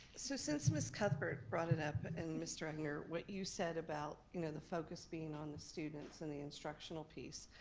so since miss cuthbert brought it up, and mr. egnor, what you said about you know the focus being on the students and the instructional piece,